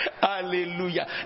Hallelujah